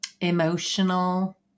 emotional